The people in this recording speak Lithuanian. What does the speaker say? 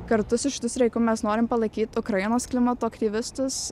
kartu su šitu streiku mes norim palaikyt ukrainos klimato aktyvistus